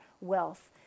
wealth